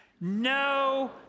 No